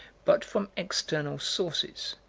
but from external sources,